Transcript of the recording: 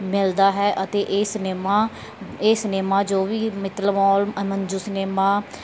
ਮਿਲਦਾ ਹੈ ਅਤੇ ਇਹ ਸਿਨੇਮਾ ਇਹ ਸਿਨੇਮਾ ਜੋ ਵੀ ਮਿੱਤਲ ਮੌਲ ਮੰਜੂ ਸਿਨੇਮਾ